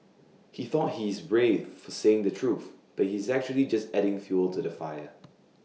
he thought he's brave for saying the truth but he's actually just adding fuel to the fire